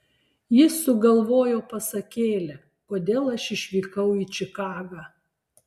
jis sugalvojo pasakėlę kodėl aš išvykau į čikagą